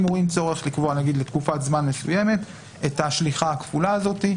אם רואים צורך לקבוע לתקופת זמן מסוימת את השליחה הכפולה הזאת,